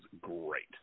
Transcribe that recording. great